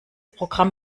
programm